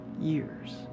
years